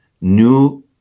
new